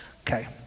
Okay